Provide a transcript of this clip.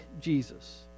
Jesus